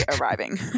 arriving